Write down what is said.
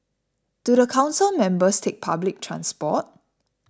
do the council members take public transport